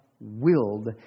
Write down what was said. willed